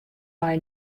mei